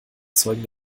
zeugen